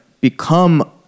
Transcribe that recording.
become